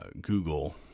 Google